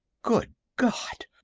good god!